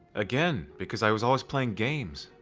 again because i was always playing games,